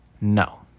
No